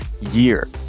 year